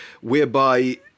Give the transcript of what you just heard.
whereby